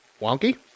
wonky